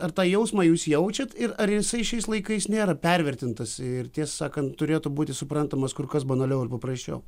ar tą jausmą jūs jaučiat ir ar jisai šiais laikais nėra pervertintas ir tiesą sakant turėtų būti suprantamas kur kas banaliau ir paprasčiau